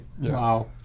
Wow